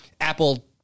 Apple